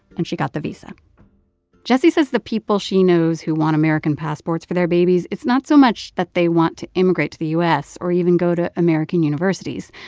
and she got the visa jessie says the people she knows who want american passports for their babies it's not so much that they want to immigrate to the u s. or even go to american universities.